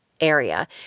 area